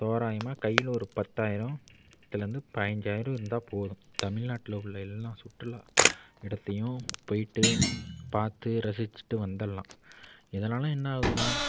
தோராயமாக கையில் ஒரு பத்தாயிரம்த்துலேருந்து பயிஞ்சாயிரம் இருந்தால் போதும் தமிழ்நாட்டில் உள்ள எல்லா சுற்றுலா இடத்தையும் போய்ட்டு பார்த்து ரசிச்சிட்டு வந்திடலாம் இதனால் என்ன ஆகுதுன்னா